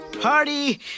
party